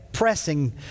pressing